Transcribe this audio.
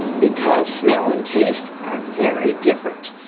because smell and taste are very different.